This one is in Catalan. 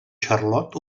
charlot